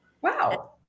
Wow